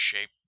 shape